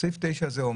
סעיף 9 אומר